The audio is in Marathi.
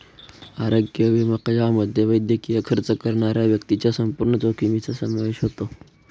आरोग्य विमा ज्यामध्ये वैद्यकीय खर्च करणाऱ्या व्यक्तीच्या संपूर्ण जोखमीचा समावेश होतो